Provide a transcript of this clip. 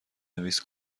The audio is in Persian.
نویس